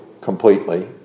completely